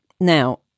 Now